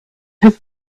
have